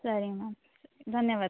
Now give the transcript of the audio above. ಸರಿ ಮ್ಯಾಮ್ ಧನ್ಯವಾದ